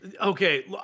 okay